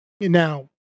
Now